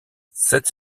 cette